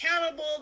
accountable